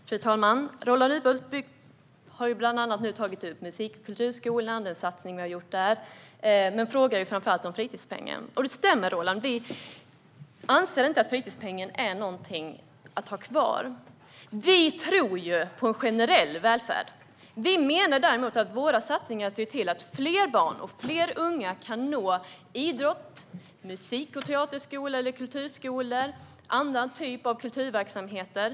Fru talman! Roland Utbult har tagit upp bland annat musik och kulturskolan och den satsning vi har gjort där, men han frågar framför allt om fritidspengen. Det stämmer, Roland - vi anser inte att fritidspengen är någonting att ha kvar. Vi tror ju på en generell välfärd. Vi menar däremot att våra satsningar gör att fler barn och unga kan nå idrott och musik och teaterskolor, kulturskolor och andra kulturverksamheter.